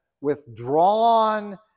withdrawn